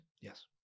Yes